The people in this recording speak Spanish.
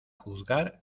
juzgar